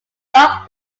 dark